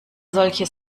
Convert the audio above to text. solche